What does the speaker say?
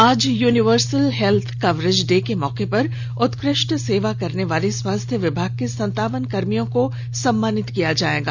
आज universal health coverage day के मौके पर उत्कृष्ठ सेवा करने वाले स्वास्थ्य विभाग के संतावन कर्मियों को सम्मानित किया जाएगा